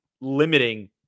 limiting